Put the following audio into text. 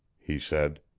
he said.